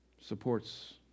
supports